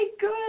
good